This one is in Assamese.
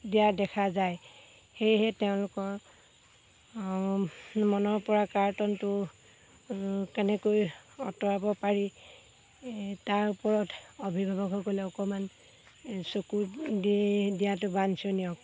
দিয়া দেখা যায় সেয়েহে তেওঁলোকৰ মনৰ পৰা কাৰ্টনটো কেনেকৈ আঁতৰাব পাৰি তাৰ ওপৰত অভিভাৱকসকলে অকণমান চকুত দি দিয়াতো বাঞ্ছনীয়